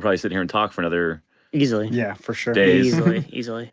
pry sit here and talk for another easily yeah, for sure days easily.